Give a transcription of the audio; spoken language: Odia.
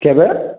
କେବେ